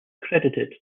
credited